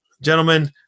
gentlemen